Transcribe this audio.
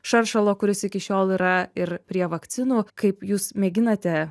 šaršalo kuris iki šiol yra ir prie vakcinų kaip jūs mėginate